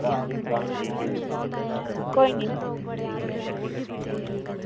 कोई नी